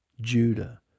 Judah